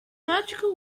magical